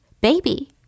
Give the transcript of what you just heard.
Baby